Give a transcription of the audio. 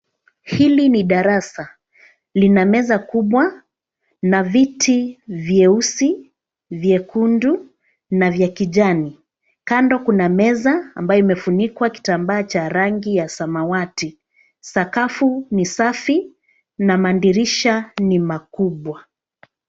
Hili ni darasa. Lina meza kubwa na viti vyeusi ,vyekundu na vya kijani. Kando kuna meza ambayo imefunikwa kitambaa cha rangi ya samawati. Sakafu ni safi na madirisha ni makubwa.